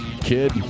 kid